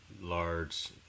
large